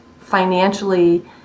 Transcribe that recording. financially